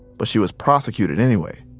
but she was prosecuted anyway.